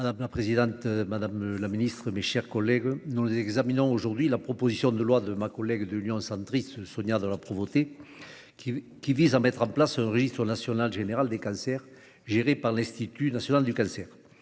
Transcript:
Madame la présidente, madame la ministre, mes chers collègues, nous examinons aujourd'hui la proposition de loi de ma collègue du groupe Union Centriste Sonia de la Provôté, qui vise à mettre en place un registre national général des cancers, géré par l'Institut national du cancer.